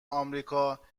آمریکا